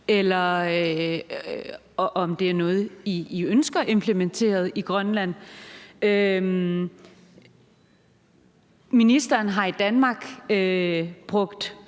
og om det er noget, I ønsker bliver implementeret i Grønland. Ministeren har i Danmark brugt